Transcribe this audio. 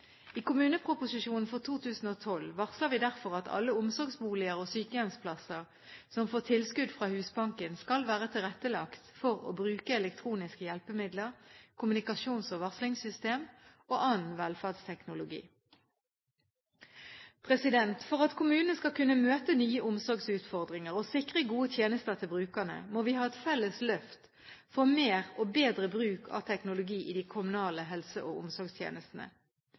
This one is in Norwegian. I kommuneproposisjonen for 2012 varsler vi derfor at alle omsorgsboliger og sykehjemsplasser som får tilskudd fra Husbanken, skal være tilrettelagt for å bruke elektroniske hjelpemidler, kommunikasjons- og varslingssystemer og annen velferdsteknologi. For at kommunene skal kunne møte nye omsorgsutfordringer og sikre gode tjenester til brukerne, må vi ha et felles løft for mer og bedre bruk av teknologi i de kommunale helse- og omsorgstjenestene.